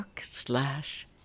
slash